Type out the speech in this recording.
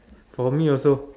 for me also